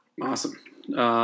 Awesome